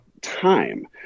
time